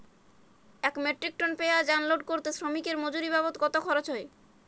এক metric ton পেঁয়াজ unload করতে শ্রমিকের মজুরি বাবদ কত খরচ হয়?